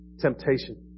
temptation